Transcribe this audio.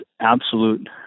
absolute